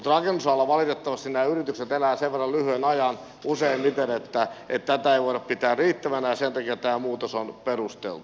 mutta rakennusalalla valitettavasti nämä yritykset elävät sen verran lyhyen ajan useimmiten että tätä ei voida pitää riittävänä ja sen takia tämä muutos on perusteltu